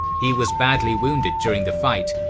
he was badly wounded during the fight,